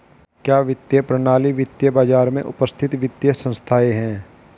क्या वित्तीय प्रणाली वित्तीय बाजार में उपस्थित वित्तीय संस्थाएं है?